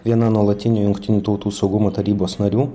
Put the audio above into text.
viena nuolatinių jungtinių tautų saugumo tarybos narių